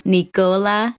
Nicola